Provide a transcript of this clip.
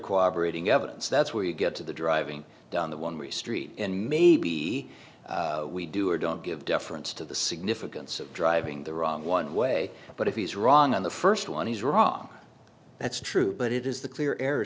cooperating evidence that's where you get to the driving down the one restraint and maybe we do or don't give deference to the significance of driving the wrong one way but if he's wrong on the first one he's wrong that's true but it is the clear air